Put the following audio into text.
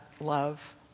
love